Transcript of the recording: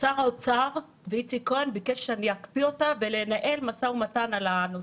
שר האוצר ואיציק כהן ביקשו שאקפיא אותה ולנהל משא ומתן על הנושא.